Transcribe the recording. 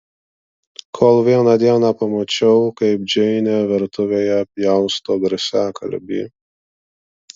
kol vieną dieną pamačiau kaip džeinė virtuvėje pjausto garsiakalbį